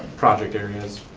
project areas.